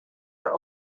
are